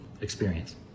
experience